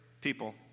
people